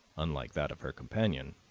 unlike that of her companion,